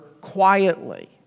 quietly